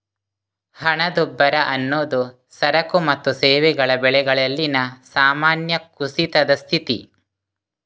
ಹಣದುಬ್ಬರ ಅನ್ನುದು ಸರಕು ಮತ್ತು ಸೇವೆಗಳ ಬೆಲೆಗಳಲ್ಲಿನ ಸಾಮಾನ್ಯ ಕುಸಿತದ ಸ್ಥಿತಿ